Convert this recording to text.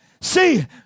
See